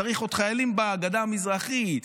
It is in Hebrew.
צריך עוד חיילים בגדה המזרחית,